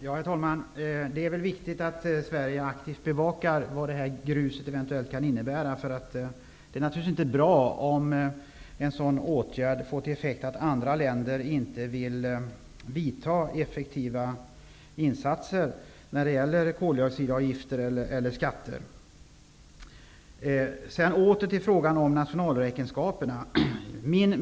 Herr talman! Det är viktigt att Sverige aktivt bevakar vad det här gruset eventuellt kan innebära. Det är naturligtvis inte bra om en sådan åtgärd får som effekt att andra länder inte vill göra effektiva insatser när det gäller koldioxidavgifter eller skatter. Åter till frågan om nationalräkenskaperna.